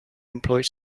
employed